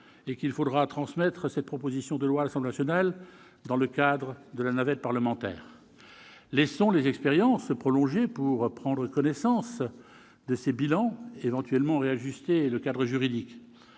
et qu'il faudra transmettre cette proposition de loi à l'Assemblée nationale dans le cadre de la navette parlementaire ? Laissons les expériences se prolonger et attendons leurs bilans pour éventuellement réajuster le cadre juridique.